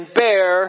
bear